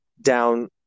down